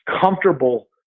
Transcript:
comfortable